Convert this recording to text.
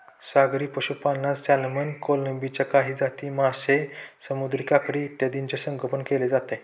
सागरी पशुपालनात सॅल्मन, कोळंबीच्या काही जाती, मासे, समुद्री काकडी इत्यादींचे संगोपन केले जाते